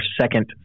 second